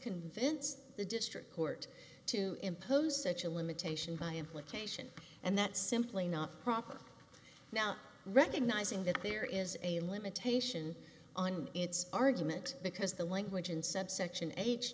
convince the district court to impose such a limitation by implication and that's simply not proper now recognizing that there is a limitation on its argument because the language in subsection